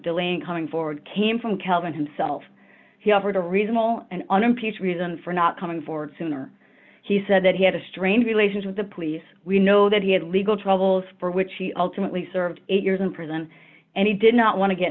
delaying coming forward came from kelvin himself he offered a reasonable and unimpeached reason for not coming forward sooner he said that he had a strained relations with the police we know that he had legal troubles for which he ultimately served eight years in prison and he did not want to get